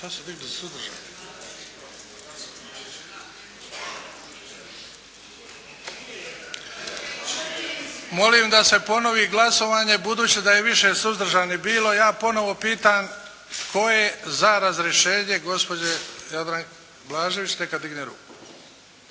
Molim da se ponovi glasovanje, budući da je više suzdržanih bilo. Ja ponovo pitam, tko je za razrješenje gospođe Jadranke Blažević neka digne ruku?